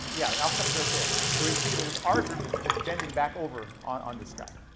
yeah the alpha carbon's right there. so you see that its r group is is bending back over on this guy.